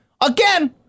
Again